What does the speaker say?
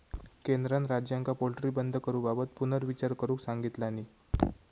केंद्रान राज्यांका पोल्ट्री बंद करूबाबत पुनर्विचार करुक सांगितलानी